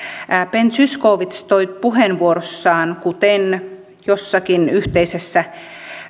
ben zyskowicz toi puheenvuorossaan kuten jossakin yhteisessä